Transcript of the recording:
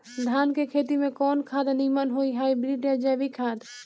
धान के खेती में कवन खाद नीमन होई हाइब्रिड या जैविक खाद?